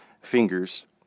fingers